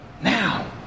Now